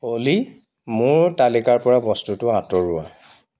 অ'লি মোৰ তালিকাৰ পৰা বস্তুটো আঁতৰোৱা